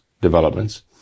developments